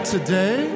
Today